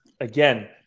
again